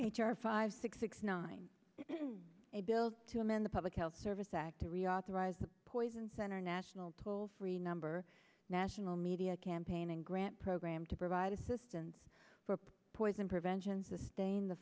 h r five six six nine a bill to amend the public health service act to reauthorize the poison center national toll free number national media campaign and grant program to provide assistance for poison prevention sustain the